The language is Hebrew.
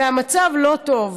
והמצב לא טוב.